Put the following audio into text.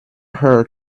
her